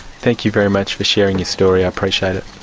thank you very much for sharing your story, i appreciate it.